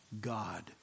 God